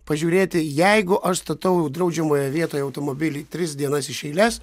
pažiūrėti jeigu aš statau draudžiamoje vietoje automobilį tris dienas iš eilės